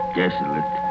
desolate